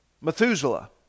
methuselah